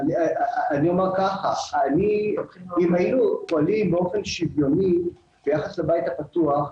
אם היינו פועלים באופן שוויוני ביחס לבית הפתוח,